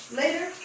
later